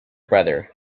brother